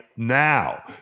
Now